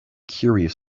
curious